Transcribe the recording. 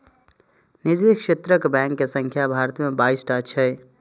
निजी क्षेत्रक बैंक के संख्या भारत मे बाइस टा छै